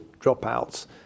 dropouts